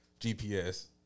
GPS